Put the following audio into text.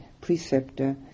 preceptor